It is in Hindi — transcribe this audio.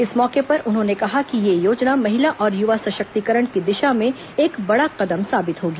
इस मौके पर उन्होंने कहा कि यह योजना महिला और युवा सशक्तिकरण की दिशा में एक बड़ा कदम साबित होगी